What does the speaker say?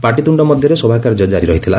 ପାଟିତୁଣ୍ଡ ମଧ୍ୟରେ ସଭାକାର୍ଯ୍ୟ ଜାରି ରହିଥିଲା